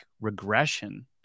regression